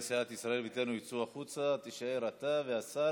2000 ועד היום נורו למוות על ידי כוחות